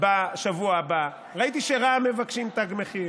בשבוע הבא, ראיתי שרע"מ מבקשים תג מחיר,